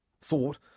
thought